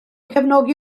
cefnogi